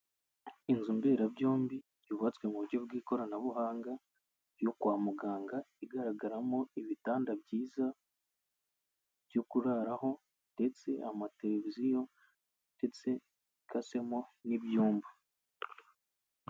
Inzu mberabyombi yubatswe mu buryo bw'ikoranabuhanga yo kwa muganga, igaragaramo ibitanda byiza byo kuraraho, ndetse amateleviziyo ndetse ikasemo n'ibyumba.